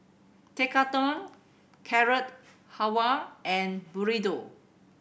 Tekkadon Carrot Halwa and Burrito